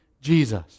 Jesus